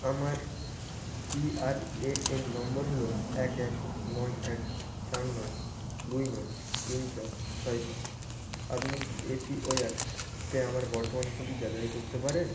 আমার P R A N নম্বর হল এক এক নয় এক চার নয় দুই নয় তিন চার ছয় পাঁচ আপনি কি এ পি ওয়াই তে আমার বর্তমান পুঁজি যাচাই করতে পারেন